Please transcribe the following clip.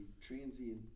transient